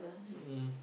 um